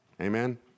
Amen